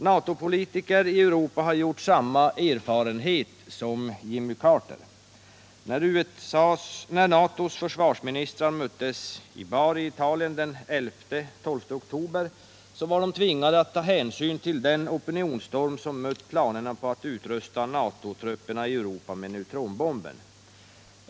NATO-politiker i Europa har gjort samma erfarenhet som Jimmy Carter. När NATO:s försvarsministrar möttes i Bari i Italien den 11-12 oktober, var de tvingade att ta hänsyn till den opinionsstorm som mött planerna på att utrusta NATO-trupperna i Europa med neutronbomben.